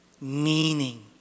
Meaning